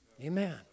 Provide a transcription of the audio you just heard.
Amen